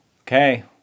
Okay